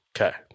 Okay